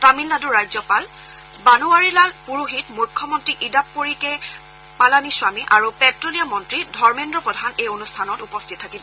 তামিলনাডুৰ ৰাজ্যপাল বানোৱাৰীলাল পুৰোহিত মুখ্যমন্ত্ৰী ইড্ডাপড়ি কে পালানিস্বামী আৰু প্টেলিয়াম মন্ত্ৰী ধৰ্মেন্দ্ৰ প্ৰধান এই অনুষ্ঠানত উপস্থিত থাকিব